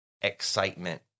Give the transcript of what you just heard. excitement